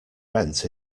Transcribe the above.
rent